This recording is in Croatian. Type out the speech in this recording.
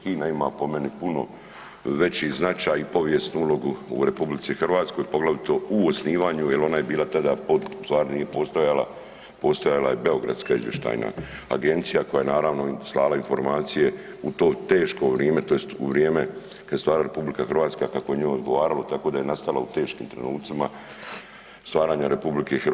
HINA ima po meni puno veći značaj i povijesnu ulogu u RH, poglavito u osnivanju jel ona je tada bila stvarno nije postojala, postojala je Beogradska izvještajna agencija koja je naravno slala informacije u to teško vrime tj. u vrijeme kada se stvarala RH kako je njoj odgovaralo tako da je nastala u teškim trenucima stvaranja RH.